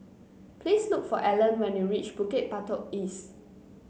please look for Allan when you reach Bukit Batok East